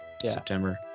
september